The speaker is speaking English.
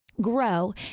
grow